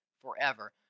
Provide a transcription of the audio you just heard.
forever